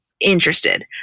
interested